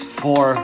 four